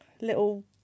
little